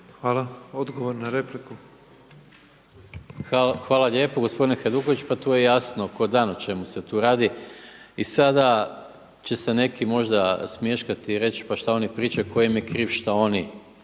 **Maras, Gordan (SDP)** Hvala lijepo. Gospodine Hajduković pa tu je jasno kao dan o čemu se tu radi. I sada će se neki možda smješkati i reći – pa što oni pričaju, tko im je kriv što oni